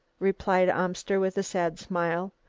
replied amster with a sad smile.